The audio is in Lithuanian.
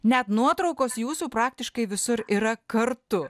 net nuotraukos jūsų praktiškai visur yra kartu